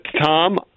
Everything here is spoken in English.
Tom